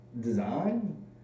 design